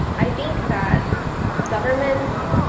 i think that governments,